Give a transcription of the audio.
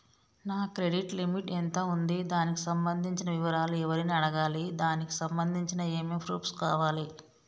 నా credit limit ఎంత ఉంది? దానికి సంబంధించిన వివరాలు ఎవరిని అడగాలి? దానికి సంబంధించిన ఏమేం ప్రూఫ్స్ కావాలి?